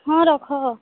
ହଁ ରଖ